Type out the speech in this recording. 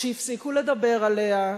שהפסיקו לדבר עליה,